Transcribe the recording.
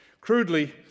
Crudely